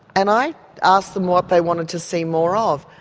and i asked them what they wanted to see more of,